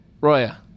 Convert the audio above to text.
roya